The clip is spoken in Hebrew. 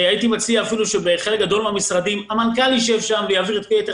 הייתי מציע אפילו שבחלק גדול מן המשרדים המנכ"ל ישב שם ויעביר את יתר